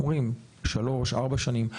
אומרים שלוש-ארבע שנים.